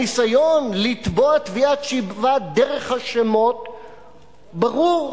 הניסיון לתבוע תביעת שיבה דרך השמות ברור,